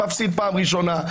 הוא מפסיד פעם ראשונה,